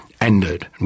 ended